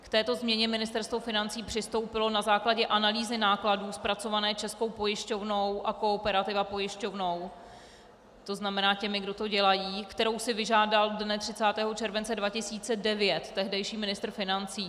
K této změně Ministerstvo financí přistoupilo na základě analýzy nákladů zpracované Českou pojišťovnou a Kooperativa pojišťovnou to znamená, těmi kdo to dělají , kterou si vyžádal dne 30. července 2009 tehdejší ministr financí.